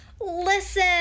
listen